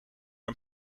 een